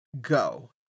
go